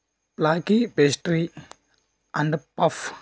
blackie pastry and puff